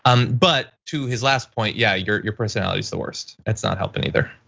um but to his last point, yeah, your your personality's the worst. that's not helping either.